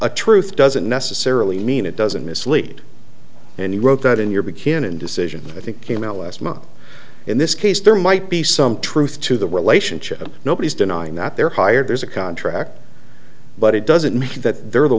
a truth doesn't necessarily mean it doesn't mislead and you wrote that in your begin and decisions i think came out last month in this case there might be some truth to the relationship and nobody's denying that they're hired there's a contract but it doesn't mean that they're the